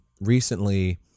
recently